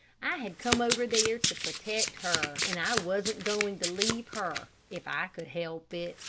i had come over there to protect her, and i wasn't going to leave her, if i could help it.